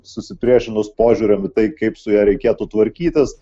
susipriešinus požiūriamį tai kaip su ja reikėtų tvarkytis